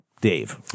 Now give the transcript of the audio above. Dave